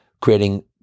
creating